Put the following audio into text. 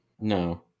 no